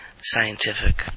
scientific